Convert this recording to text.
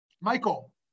Michael